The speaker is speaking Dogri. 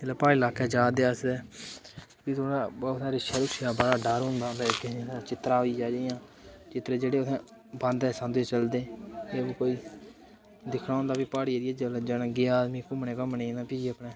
जेल्लै प्हाड़ी लाकै गी जा दे अस ते भी थोह्ड़ा उत्थै रिच्छें रुच्छें दा बड़ा डर होंदा केह् आखदे चित्तरा होई गेआ जि'यां चित्तरें जेह्ड़े उत्थै बांदे सांदे चलदे एह् बी कोई दिक्खना होंदा कि प्हाड़ी एरिया अगर च जेल्लै गेआ आदमी अपने घुम्मने घाम्मने गी ता भी अपने